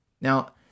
Now